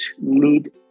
need